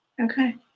Okay